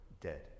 dead